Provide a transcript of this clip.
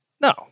No